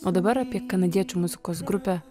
o dabar apie kanadiečių muzikos grupę